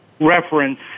reference